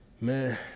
Man